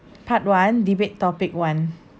part one debate topic one